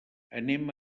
anem